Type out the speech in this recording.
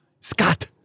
Scott